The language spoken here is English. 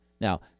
Now